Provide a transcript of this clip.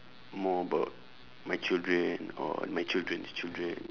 more about my children or my children's children